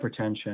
hypertension